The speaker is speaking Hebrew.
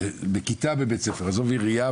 גם בעיר,